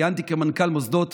שבה כיהנתי כמנכ"ל מוסדות